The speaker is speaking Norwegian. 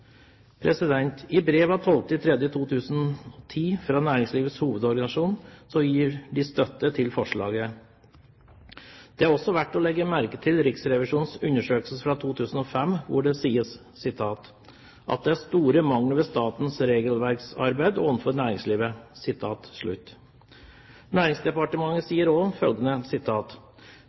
i brev av 12. mars 2010 støtte til forslaget. Det er også verdt å legge merke til Riksrevisjonens undersøkelse fra 2005, hvor det sies at «det er store mangler ved statens regelverksarbeid overfor næringslivet». Næringsdepartementet sier: «Det har lenge vært klart at utredning av økonomiske og